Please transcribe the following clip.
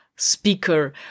speaker